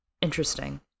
Interesting